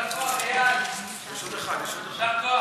ההצעה להעביר את